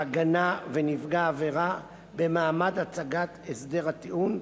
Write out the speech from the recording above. ההגנה ונפגע העבירה במעמד הצגת הסדר הטיעון,